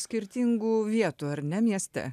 skirtingų vietų ar ne mieste